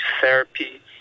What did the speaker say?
therapy